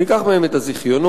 ניקח מהם את הזיכיונות,